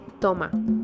Toma